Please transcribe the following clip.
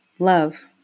Love